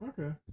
Okay